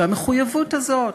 המחויבות הזאת,